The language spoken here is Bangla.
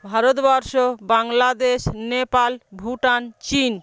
ভারতবর্ষ বাংলাদেশ নেপাল ভুটান চীন